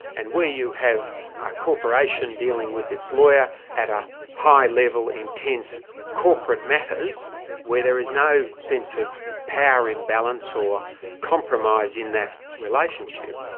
and where you have a corporation dealing with its lawyer at a high level, intense corporate matters where there is no sense of power imbalance or compromise in that relationship,